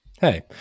hey